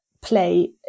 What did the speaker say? play